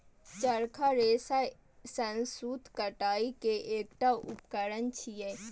चरखा रेशा सं सूत कताइ के एकटा उपकरण छियै